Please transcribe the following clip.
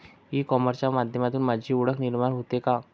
E कॉमर्सच्या माध्यमातून माझी ओळख निर्माण होते का?